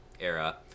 era